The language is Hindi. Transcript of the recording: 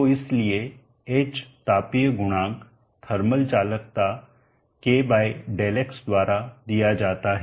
तो इसलिए h तापीय गुणांक थर्मल चालकता k Δx द्वारा दिया जाता है